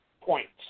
points